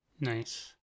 Nice